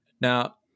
Now